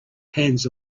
hands